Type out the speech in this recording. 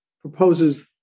proposes